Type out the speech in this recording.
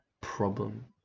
problem